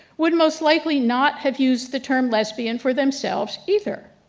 would most likely not have used the term lesbian for themselves, either.